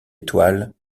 étoile